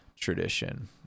tradition